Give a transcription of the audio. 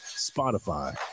Spotify